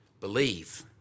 believe